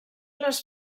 les